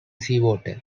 seawater